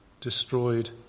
destroyed